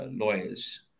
lawyers